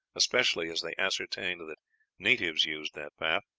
especially as they ascertained that natives used that path.